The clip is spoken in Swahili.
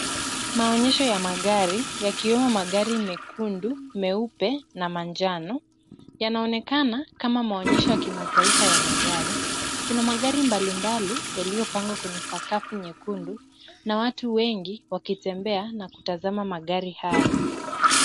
Maonyesho ya magari, yakiwemo magari mekundu, meupe na manjano, yanaonekana kama maonyesho ya kimataifa ya magari. Kuna magari mbalimbali yaliyopangwa kwenye sakafu nyekundu na watu wengi wakitembea na kutazama magari haya.